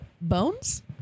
bones